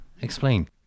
Explain